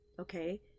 Okay